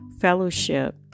fellowship